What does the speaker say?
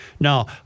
Now